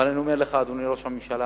אבל אני אומר לך, אדוני ראש הממשלה,